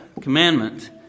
commandment